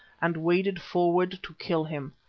and waded forward to kill him.